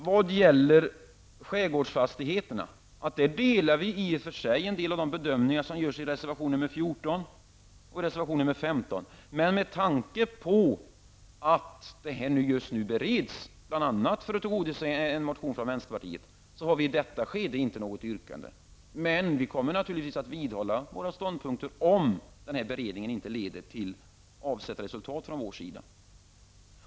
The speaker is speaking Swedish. Vad gäller skärgårdsfastigheterna delar vi i och för sig en del av de bedömningar som görs i reservation nr 14 och nr 15. Men med tanke på att denna fråga just nu bereds, bl.a. för att tillgodose en motion från vänsterpartiet, har vi i detta skede inte något yrkande. Men vi kommer naturligtvis att vidhålla våra ståndpunkter om beredningen inte leder till avsett resultat.